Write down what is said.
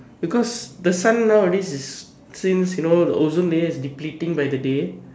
because the sun nowadays is since you know the ozone layer is depleting by the day